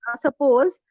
suppose